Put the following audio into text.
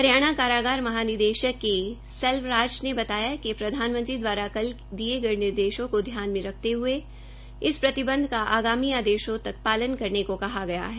हरियाणा कारागर महानिदेशक के सेलवारज ने बताया कि प्रधानमंत्री नरेन्द्र मोदी द्वारा कल दिये गये निर्देशों को ध्यान में रखते हए प्रतिबंध का आगामी आदेशों तक पालन करने को कहा है